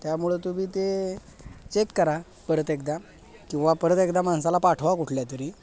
त्यामुळं तुम्ही ते चेक करा परत एकदा किंवा परत एकदा माणसाला पाठवा कुठल्या तरी